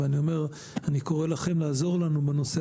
ואני אומר וקורא לכם לעזור לנו בנושא